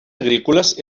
agrícoles